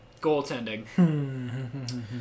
goaltending